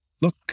look